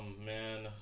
man